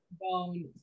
bone